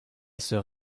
sœur